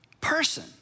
person